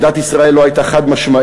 עמדת ישראל לא הייתה חד-משמעית,